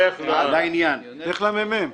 לך למחלקת המחקר של הכנסת.